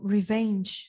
Revenge